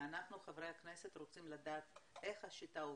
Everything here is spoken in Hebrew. אנחנו חברי הכנסת רוצים לדעת איך השיטה עובדת,